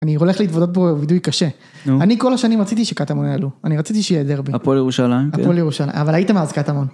אני הולך להתוודות פה וידוי קשה. נו? אני כל השנים רציתי שקטמון יעלו, אני רציתי שיהיה דרבי. הפועל ירושלים? הפועל ירושלים, אבל הייתם אז קטמון.